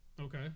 Okay